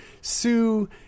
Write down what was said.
Sue